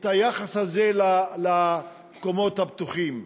את היחס הזה למקומות הפתוחים.